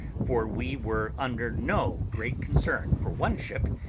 for we were under no great concern for one ship,